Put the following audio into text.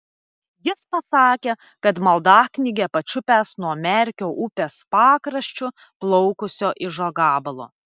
jis pasakė kad maldaknygę pačiupęs nuo merkio upės pakraščiu plaukusio ižo gabalo